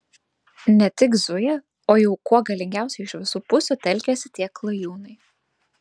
ne tik zuja o jau kuo galingiausiai iš visų pusių telkiasi tie klajūnai